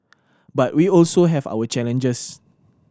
but we also have our challenges